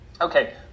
okay